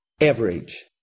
Average